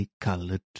coloured